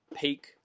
peak